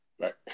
Right